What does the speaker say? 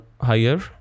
higher